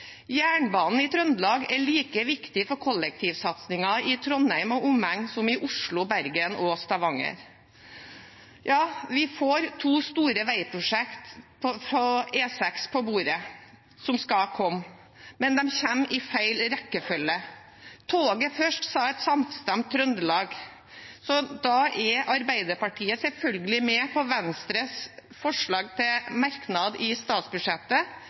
Jernbanen i Trøndelag er like viktig for kollektivsatsingen i Trondheim og omegn som i Oslo, Bergen og Stavanger. Ja, vi får to store veiprosjekt på E6 på bordet. De skal komme, men kommer i feil rekkefølge. Toget først, sa et samstemt Trøndelag. Da er Arbeiderpartiet selvfølgelig med på Venstres forslag til merknad i statsbudsjettet,